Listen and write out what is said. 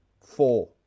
four